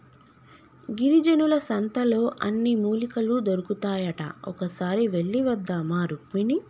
గిరిజనుల సంతలో అన్ని మూలికలు దొరుకుతాయట ఒక్కసారి వెళ్ళివద్దామా రుక్మిణి